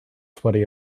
sweaty